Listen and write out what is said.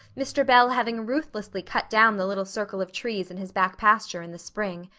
mr. bell having ruthlessly cut down the little circle of trees in his back pasture in the spring.